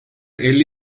elli